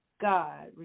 God